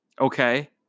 Okay